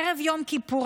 ערב יום כיפור.